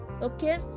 okay